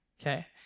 Okay